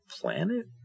Planet